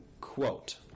quote